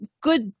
good